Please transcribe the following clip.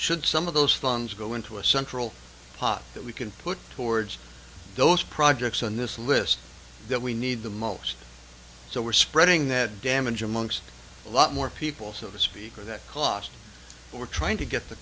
should some of those funds go into a central pot that we can put towards those projects on this list that we need the most so we're spreading that damage amongst a lot more people so to speak or that cost we're trying to get the